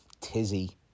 tizzy